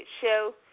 show